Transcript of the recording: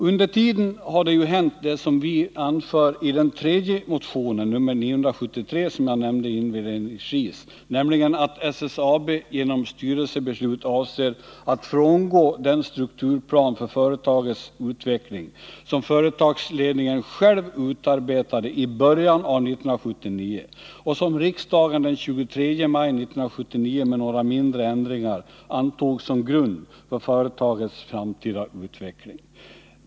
Under tiden har ju det hänt som vi anför i den tredje motionen, nr 973, som jag nämnde inledningsvis, nämligen att SSAB genom styrelsebeslut avser att frångå den strukturplan för företagets utveckling som företagsledningen själv utarbetade i början av 1979 och som riksdagen den 23 maj 1979 med några mindre ändringar antog som grund för företagets framtida utveckling.